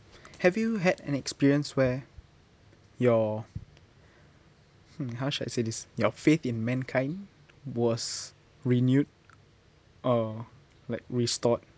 have you had an experience where you're hmm how should I say this your faith in mankind was renewed or like restored